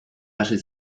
hasi